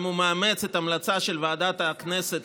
אם הוא מאמץ את ההמלצה של ועדת הכנסת,